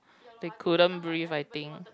they couldn't breathe I think